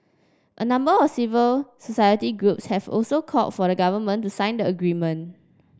a number of civil society groups have also call for the government to sign the agreement